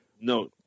No